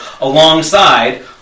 alongside